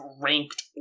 ranked